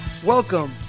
Welcome